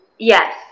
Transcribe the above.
Yes